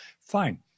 Fine